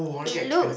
it looks